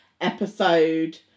episode